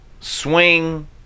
Swing